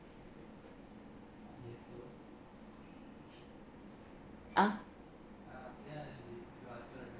!huh!